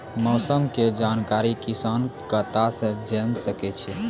मौसम के जानकारी किसान कता सं जेन सके छै?